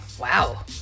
Wow